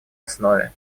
основе